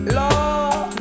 law